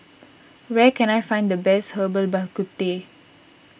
where can I find the best Herbal Bak Ku Teh